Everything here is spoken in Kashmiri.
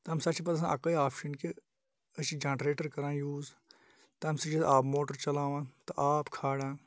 تمہِ ساتہٕ چھِ پَتہٕ آسان اَکٲے آپشَن کہِ أسۍ چھِ جَنریٹَر کَران یوٗز تمہِ سۭتۍ چھِ أسۍ آب موٹُر چَلاوان تہٕ آب کھالان